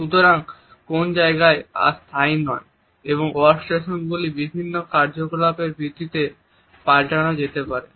সুতরাং কোন জায়গায় আর স্থায়ী নয় এবং ওর্য়াকস্টেশনগুলিকে বিভিন্ন কার্যকলাপ এর ভিত্তিতে পাল্টানো যেতে পারে